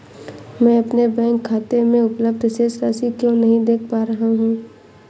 मैं अपने बैंक खाते में उपलब्ध शेष राशि क्यो नहीं देख पा रहा हूँ?